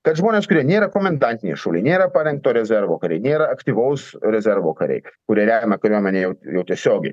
kad žmonės kurie nėra komendantiniai šauliai nėra parengto rezervo kariai nėra aktyvaus rezervo kariai kurie remia kariuomenę jau jau tiesiogiai